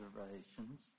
observations